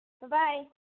Bye-bye